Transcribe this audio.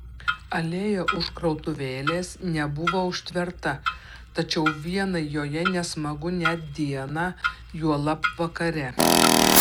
alėja už krautuvėlės nebuvo užtverta tačiau vienai joje nesmagu net dieną juolab vakare